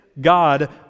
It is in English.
God